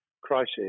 crisis